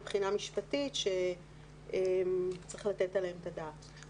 מבחינה משפטית שצריך לתת עליהם את הדעת.